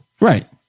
Right